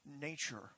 nature